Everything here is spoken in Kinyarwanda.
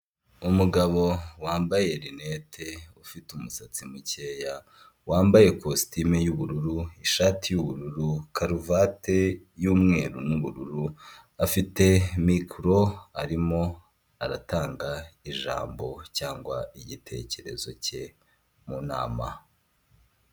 Umugabo wambaye rinete ufite umusatsi mukeya wambaye ikositimu y'ubururu ishati y'ubururu karuvati y'umweru n'ubururu; afite mikoro arimo aratanga ijambo cyangwa igitekerezo cye mu nama.